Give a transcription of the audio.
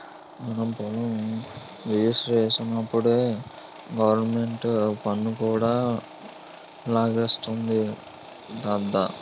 మన పొలం రిజిస్ట్రేషనప్పుడే గవరమెంటు పన్ను కూడా లాగేస్తాది దద్దా